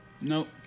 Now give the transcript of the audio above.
Nope